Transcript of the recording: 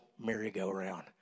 merry-go-round